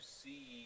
see